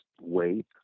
wait